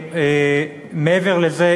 מעבר לזה,